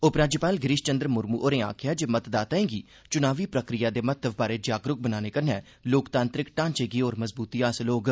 उपराज्यपाल गिरीश चंद्र मुर्मु होरें आखेआ ऐ जे मतदाताएं गी चुनावी प्रक्रिया दे महत्व बारै जागरूक बनाने कन्नै लोकतांत्रिक ढांचे गी होर मजबूती हासल होग